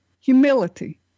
humility